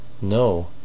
no